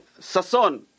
Sason